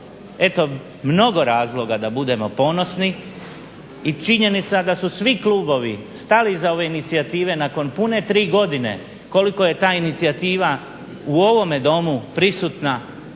Eto, mnogo razloga da budem ponosni. I činjenica da su svi klubovi stali iza ove inicijative nakon pune tri godine koliko je ta inicijativa u ovome Domu prisutna